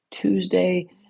Tuesday